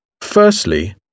Firstly